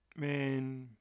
Man